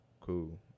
Cool